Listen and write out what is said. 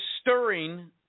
stirring